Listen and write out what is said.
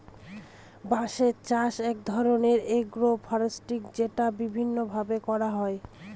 বাঁশের চাষ এক ধরনের এগ্রো ফরেষ্ট্রী যেটা বিভিন্ন ভাবে করা হয়